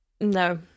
No